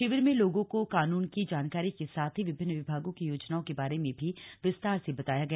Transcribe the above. शिविर में लोगों को कानून की जानकारी के साथ ही विभिन्न विभागों की योजनाओं के बारे में भी विस्तार से बताया गया